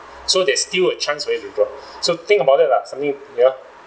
so there's still a chance for you to withdraw so think about that lah something you know